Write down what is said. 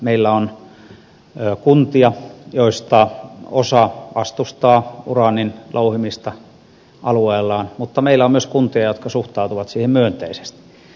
meillä on kuntia joista osa vastustaa uraanin louhimista alueellaan mutta meillä on myös kuntia jotka suhtautuvat siihen myönteisesti